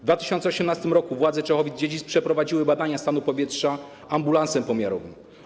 W 2018 r. władze Czechowic-Dziedzic przeprowadziły badania stanu powietrza ambulansem pomiarowym.